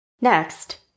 Next